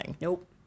Nope